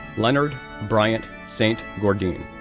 leonard bryant st. gourdin,